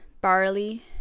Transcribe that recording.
barley